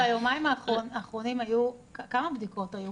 ביומיים האחרונים כמה בדיקות היו?